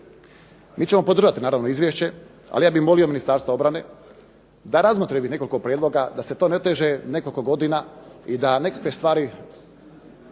Mi ćemo podržati naravno izvješće, ali ja bih molio Ministarstvo obrane da razmotri ovih nekoliko prijedloga da se to ne oteže nekoliko godina i da nekakve stvari,